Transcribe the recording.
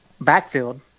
backfield